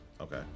Okay